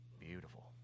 Beautiful